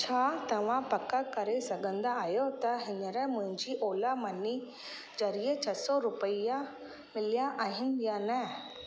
छा तव्हां पकु करे सघंदा आहियो त हींअर मुंहिंजी ओला मनी ज़रिए छ्ह सौ रुपया मिलिया आहिनि या न